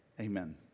Amen